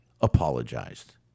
apologized